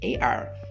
AR